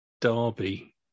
Derby